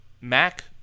Mac